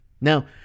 now